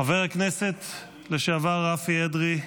חבר הכנסת לשעבר רפי אדרי,